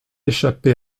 échappé